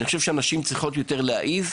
אני גם חושב שנשים צריכות יותר להעז,